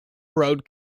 road